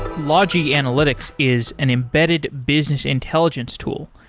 logi analytics is an embedded business intelligence tool.